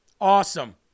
Awesome